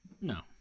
No